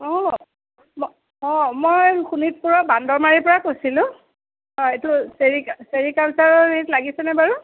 অ' ম অ' মই শোণিতপুৰৰ বান্দৰমাৰীৰ পৰা কৈছিলো অ' এইটো ছেৰি ছেৰিকালছাৰৰ হেৰিত লাগিছেনে বাৰু